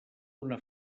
una